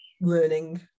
learning